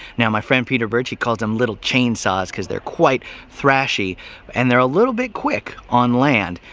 now my friend peter birtch calls them little chain saws because they're quite thrashy and they're a little bit quick on land.